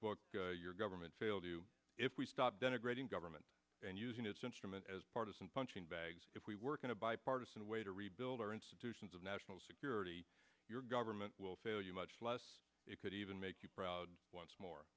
book your government failed you if we stop denigrating government and using its instrument as partisan punching bag if we work in a bipartisan way to rebuild our institutions of national security your government will fail you much less it could even make you proud once more